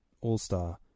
All-Star